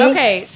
Okay